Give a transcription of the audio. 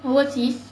overseas